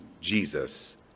Jesus